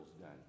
done